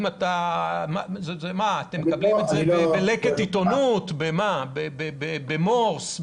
מה, אתם מקבלים את זה בלקט עיתונות, במורס,